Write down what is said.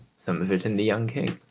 some of it in the young king,